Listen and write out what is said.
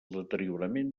deteriorament